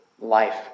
life